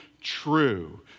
true